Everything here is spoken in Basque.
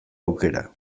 aukera